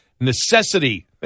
necessity